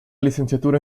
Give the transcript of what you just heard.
licenciatura